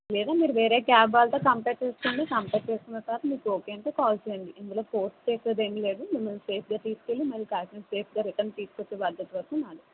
లేదా మీరు వేరే క్యాబ్ వాళ్ళతో కంపేర్ చేసుకోండి కంపేర్ చేసుకున్నా తర్వాత మీకు ఓకే అంటే కాల్ చేయండి ఇందులో ఫోర్స్ చేసేది ఏం లేదు మిమ్మల్ని సేఫ్గా తీసుకెళ్ళి మళ్ళీ కాకినాడ సేఫ్గా రిటర్న్ తీసుకొచ్చే బాధ్యత వరకు మాదే